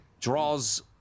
draws